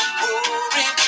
worry